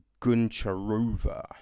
Guncharova